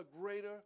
greater